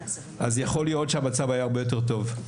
יכול להיות שהמצב היה הרבה יותר טוב.